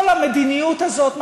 כל המדיניות הזאת,